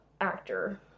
actor